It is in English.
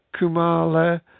Kumala